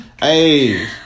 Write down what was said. Hey